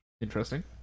Interesting